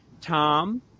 Tom